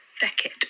Beckett